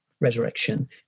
resurrection